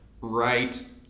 right